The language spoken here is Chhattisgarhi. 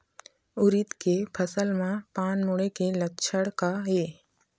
उरीद के फसल म पान मुड़े के लक्षण का ये?